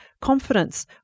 confidence